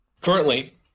Currently